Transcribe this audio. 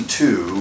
two